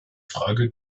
frage